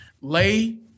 lay